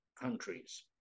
countries